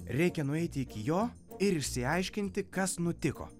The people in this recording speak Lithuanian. reikia nueiti iki jo ir išsiaiškinti kas nutiko